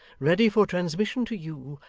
ready for transmission to you,